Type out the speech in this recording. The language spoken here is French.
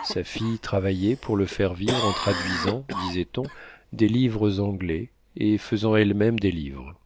sa fille travaillait pour le faire vivre en traduisant disait-on des livres anglais et faisant elle-même des livres